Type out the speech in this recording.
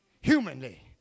Humanly